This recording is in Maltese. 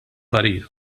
parir